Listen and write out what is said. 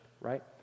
right